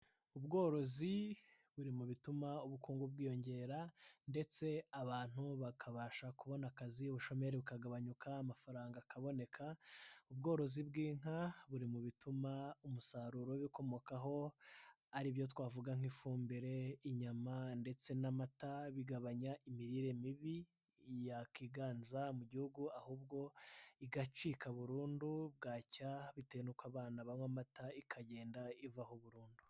Ubworozi buri mu bituma ubukungu bwiyongera ndetse abantu bakabasha kubona akazi ubushomeri bukagabanuka amafaranga akaboneka, ubworozi bw'inka buri mu bituma umusaruro bikomokaho aribyo twavuga nk'ifumbire, inyama ndetse n'amata bigabanya imirire mibi yakiganza mu gihugu ahubwo igacika burundu bwacya bitewe nuko abana banywa amata ikagenda ivaho burundu.